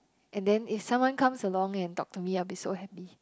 and then if someone comes along and talk to me I'll be so happy